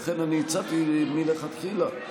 לכן הצעתי מלכתחילה,